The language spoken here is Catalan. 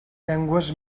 llengües